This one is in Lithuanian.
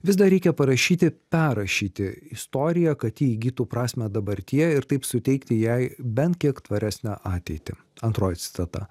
vis dar reikia parašyti perrašyti istoriją kad ji įgytų prasmę dabartyje ir taip suteikti jai bent kiek tvaresnę ateitį antroji citata